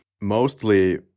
mostly